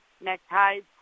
neckties